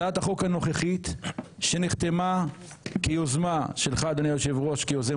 הצעת החוק הנוכחית שנחתמה כיוזמה שלך אדוני היושב ראש כיוזם